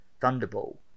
Thunderball